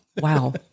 wow